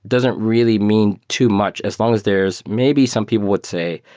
doesn't really mean too much as long as there's maybe some people would say,